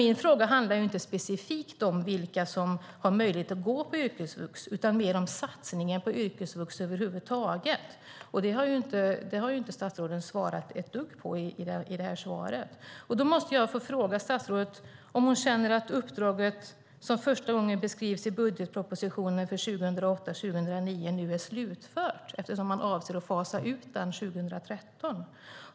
Min fråga handlade dock inte specifikt om vilka som har möjlighet att gå på yrkesvux utan mer om satsningen på yrkesvux över huvud taget, och det har inte statsrådet svarat ett dugg på i sitt svar. Därför måste jag få fråga statsrådet om hon känner att uppdraget, som första gången beskrivs i budgetpropositionen för 2008-2009, nu är slutfört, eftersom man avser att fasa ut detta 2013.